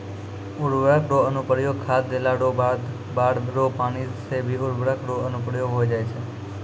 उर्वरक रो अनुप्रयोग खाद देला रो बाद बाढ़ रो पानी से भी उर्वरक रो अनुप्रयोग होय जाय छै